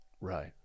Right